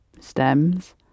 stems